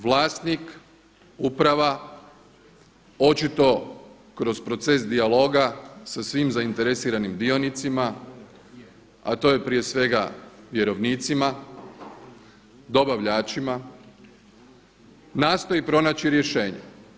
Vlasnik, uprava očito kroz proces dijaloga sa svim zainteresiranim dionicima, a to je prije svega vjerovnicima, dobavljačima nastoji pronaći rješenje.